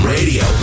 Radio